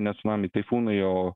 ne cunamiai taifūnai o